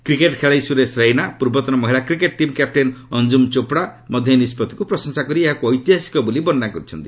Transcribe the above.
cricket ଖେଳାଳି ସୁରେଶ ରେିନା ପୂର୍ବତନ ମହିଳା cricket team captain Anjum Chopra ମଧ୍ୟ ଏହି ନିଷ୍ପଭିକ୍ ପ୍ରଶଂସା କରି ଏହାକୁ ଐତିହାସିକ ବୋଲି ବର୍ଷ୍ଣନା କରିଛନ୍ତି